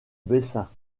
bessin